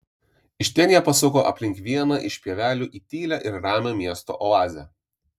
iš ten jie pasuko aplink vieną iš pievelių į tylią ir ramią miesto oazę